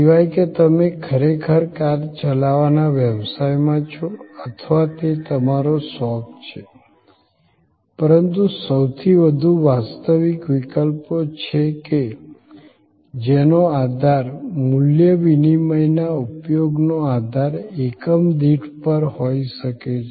સિવાય કે તમે ખરેખર કાર ચલાવવાના વ્યવસાયમાં છો અથવા તે તમારો શોખ છે પરંતુ સૌથી વધુ વાસ્તવિક વિકલ્પો છે કે જેનો આધાર મૂલ્ય વિનિમયના ઉપયોગનો આધાર એકમ દીઠ પર હોઈ શકે છે